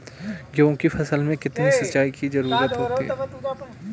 गेहूँ की फसल में कितनी सिंचाई की जरूरत होती है?